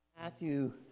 Matthew